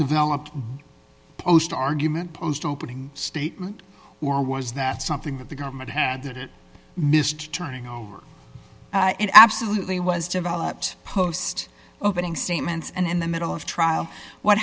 developed post argument post opening statement or was that something that the government had that it missed turning on it absolutely was developed post opening statements and in the middle of trial what